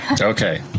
Okay